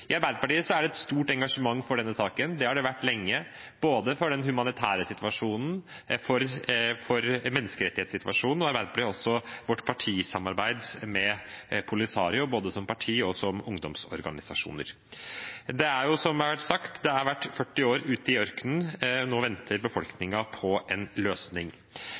I Arbeiderpartiet er det et stort engasjement for denne saken. Det har det vært lenge, både for den humanitære situasjonen og for menneskerettighetssituasjonen. Arbeiderpartiet har også sitt samarbeid med Polisario – både parti og ungdomsorganisasjoner. Som det har vært sagt – det har vært 40 år ute i ørkenen, nå venter befolkningen på en løsning.